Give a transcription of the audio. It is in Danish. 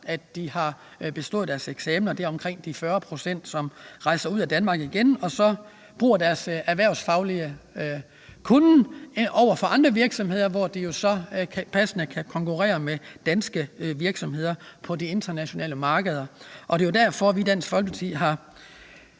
de har bestået deres eksamen. Og det er omkring 40 pct., som rejser ud af Danmark igen og bruger deres faglige kunnen i andre virksomheder, som så passende kan konkurrere med danske virksomheder på de internationale markeder. Det er jo derfor, at vi i Dansk Folkeparti har